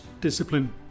discipline